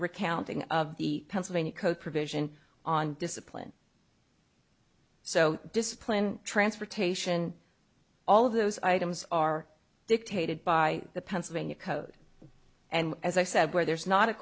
recounting of the pennsylvania code provision on discipline so discipline transportation all of those items are dictated by the pennsylvania code and as i said where there's not a